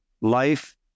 life